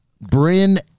Bryn